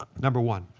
number one,